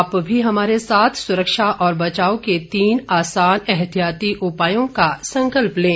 आप भी हमारे साथ सुरक्षा और बचाव के तीन आसान एहतियाती उपायों का संकल्प लें